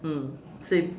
mm same